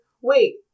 wait